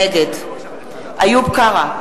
נגד איוב קרא,